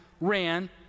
ran